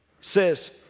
Says